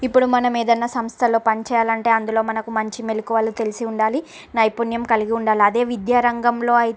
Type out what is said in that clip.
ఇప్పుడు మనం ఏదైనా సంస్థలో పని చేయాలంటే అందులో మనకు మంచి మెళుకువలు తెలిసి ఉండాలి నైపుణ్యం కలిగి ఉండాలి అదే విద్యా రంగంలో